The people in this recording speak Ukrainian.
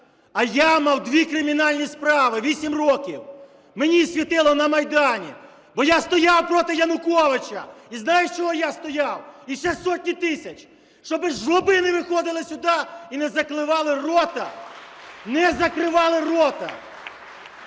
а я мав дві кримінальні справи, 8 років мені світило на Майдані, бо я стояв проти Януковича! І знаєш чого я стояв і ще сотні тисяч? Щоб жлоби не виходи сюди і не закривали рота! Не закривали рота!